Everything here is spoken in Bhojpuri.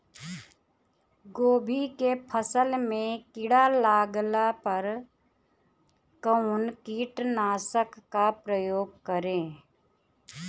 गोभी के फसल मे किड़ा लागला पर कउन कीटनाशक का प्रयोग करे?